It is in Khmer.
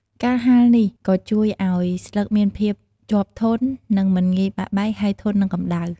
ការហាលនេះក៏ជួយឲ្យស្លឹកមានភាពជាប់ធន់ និងមិនងាយបាក់បែកហើយធន់នឹងកម្តៅ។